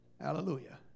Hallelujah